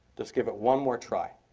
just give it one more try.